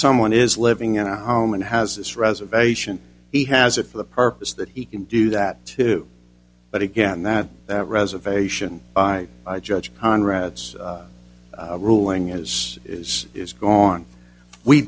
someone is living in a home and has this reservation he has it for the purpose that he can do that too but again that reservation by judge conrad's ruling is is is gone we